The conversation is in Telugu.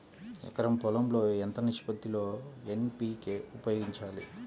ఎకరం పొలం లో ఎంత నిష్పత్తి లో ఎన్.పీ.కే ఉపయోగించాలి?